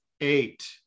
eight